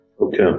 Okay